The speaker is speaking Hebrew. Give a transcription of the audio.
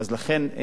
לכן,